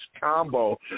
combo